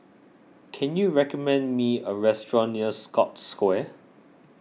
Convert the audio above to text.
can you recommend me a restaurant near Scotts Square